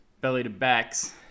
belly-to-backs